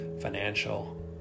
financial